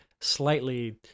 slightly